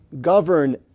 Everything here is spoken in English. govern